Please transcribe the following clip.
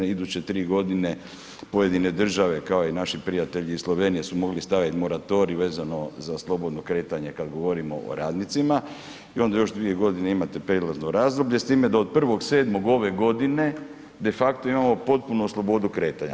Iduće 3.g. pojedine države kao i naši prijatelji iz Slovenije su mogli staviti moratorij vezano za slobodno kretanje kad govorimo o radnicima i onda još 2.g. imate prijelazno razdoblje s time da od 1.7. ove godine de facto imamo potpunu slobodu kretanja.